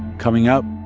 coming up,